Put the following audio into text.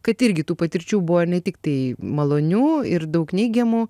kad irgi tų patirčių buvo ir ne tiktai malonių ir daug neigiamų